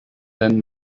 then